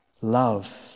Love